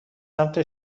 سمت